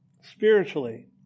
spiritually